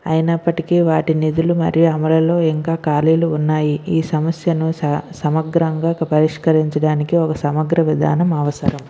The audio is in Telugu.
అయినప్పటికి వాటి నిధులు మరియు అమలలో ఇంకా ఖాళీలు ఉన్నాయి ఈ సమస్యను స సమగ్రంగా ఒక పరిష్కరించడానికి ఒక సమగ్ర విధానం అవసరం